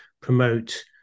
promote